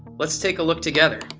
let's take a look together.